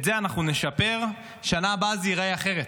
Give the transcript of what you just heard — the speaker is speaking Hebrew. את זה אנחנו נשפר, בשנה הבאה זה ייראה אחרת.